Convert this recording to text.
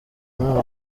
muri